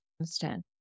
Understand